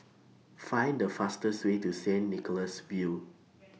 Find The fastest Way to Saint Nicholas View